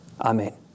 Amen